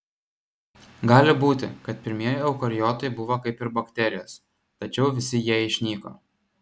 gali būti kad pirmieji eukariotai buvo kaip ir bakterijos tačiau visi jie išnyko